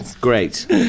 great